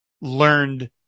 learned